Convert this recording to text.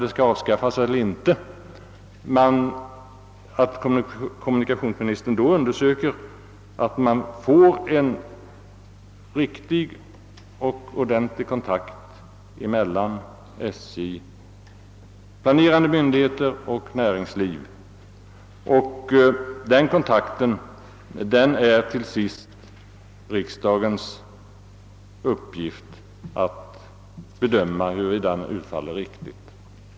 Men när kommunikationsministern skall ta ställning till huruvida järnvägsrådet skall avskaffas eller inte, bör han se till att kontakten mellan SJ:s planerande myndigheter och näringslivet upprätthålles. Det är till sist riksdagens uppgift att bedöma huruvida denna kontakt fungerar på ett riktigt sätt.